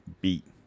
beat